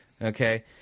Okay